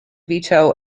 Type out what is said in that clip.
veto